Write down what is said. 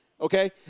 okay